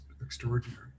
extraordinary